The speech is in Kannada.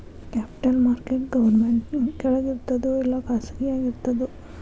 ಕ್ಯಾಪಿಟಲ್ ಮಾರ್ಕೆಟ್ ಗೌರ್ಮೆನ್ಟ್ ಕೆಳಗಿರ್ತದೋ ಇಲ್ಲಾ ಖಾಸಗಿಯಾಗಿ ಇರ್ತದೋ?